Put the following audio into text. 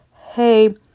hey